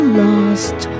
lost